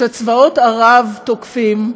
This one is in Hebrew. כשצבאות ערב תוקפים,